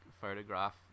photograph